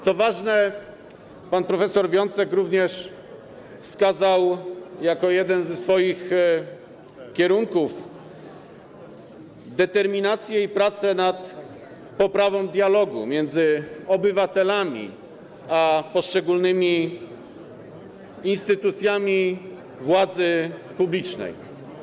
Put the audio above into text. Co ważne, pan prof. Wiącek również wskazał jako jeden ze swoich kierunków determinację w pracy nad poprawą dialogu między obywatelami a poszczególnymi instytucjami władzy publicznej.